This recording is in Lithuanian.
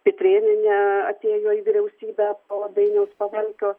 pitrėnienė atėjo į vyriausybę po dainiaus pavalkio